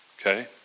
Okay